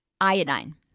Iodine